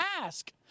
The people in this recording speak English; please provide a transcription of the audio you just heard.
ask